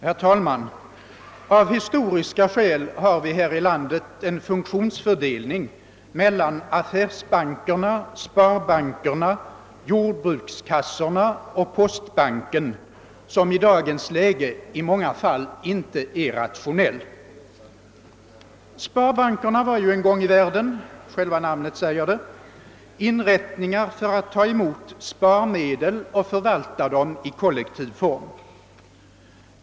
Herr talman! Av historiska skäl har vi här i landet en funktionsfördelning mellan affärsbankerna, sparbankerna, jordbrukskassorna och postbanken som i dagens läge i många fall inte är rationell. Sparbankerna var ju en gång i världen — själva namnet säger det — inrättningar för att ta emot sparmedel och förvalta dem i kollektiv form.